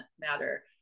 matter